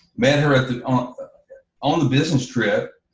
met her at the on on the business trip,